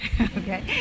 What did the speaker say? okay